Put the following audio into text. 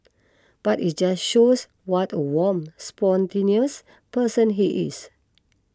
but it just shows what a warm spontaneous person he is